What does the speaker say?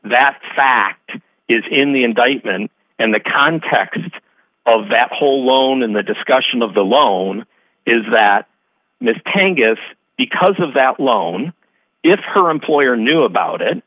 that fact is in the indictment and the context of that whole loan and the discussion of the loan is that miss tangas because of that loan if her employer knew about it